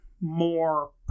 more